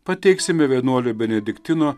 pateiksime vienuolio benediktino